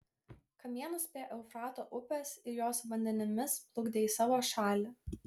kamienus prie eufrato upės ir jos vandenimis plukdė į savo šalį